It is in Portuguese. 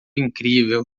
incrível